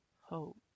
hope